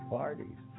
parties